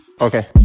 Okay